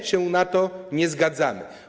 My się na to nie zgadzamy.